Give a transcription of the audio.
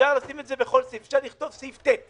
אפשר לשים את זה בכל סעיף, אפשר לכתוב סעיף ט'